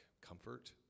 comfort